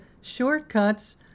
shortcuts